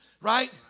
Right